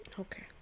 Okay